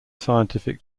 scientific